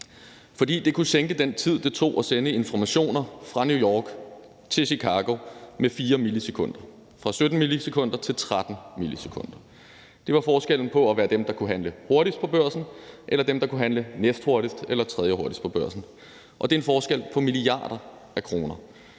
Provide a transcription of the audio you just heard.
fordi det kunne sænke den tid, det tog at sende informationer fra New York til Chicago, med 4 millisekunder – fra 17 millisekunder til 13 millisekunder. Det var forskellen på at være dem, der kunne handle hurtigst på børsen, og dem, der kunne handle næsthurtigst eller tredjehurtigst på børsen, og det er en forskel på milliarder af kroner.